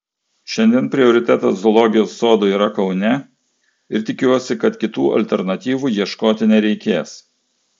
šiandien prioritetas zoologijos sodui yra kaune ir tikiuosi kad kitų alternatyvų ieškoti nereikės